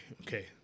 okay